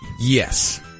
Yes